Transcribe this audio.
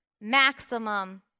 maximum